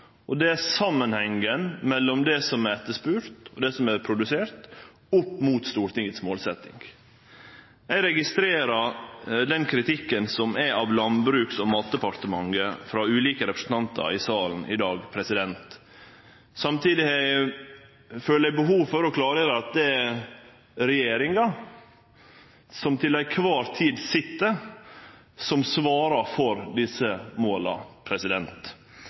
og det er samanhengen mellom det som er etterspurt og det som er produsert, opp mot Stortingets målsetjing. Eg registrerer kritikken av Landbruks- og matdepartementet frå ulike representantar i salen i dag. Samtidig føler eg behov for å klargjere at det er den regjeringa som til kvar tid sit, som svarer for desse måla